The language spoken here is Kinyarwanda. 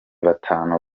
batanu